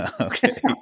Okay